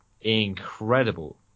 incredible